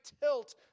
tilt